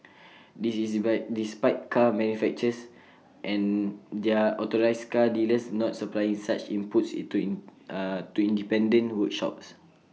this is despite car manufacturers and their authorised car dealers not supplying such inputs to independent workshops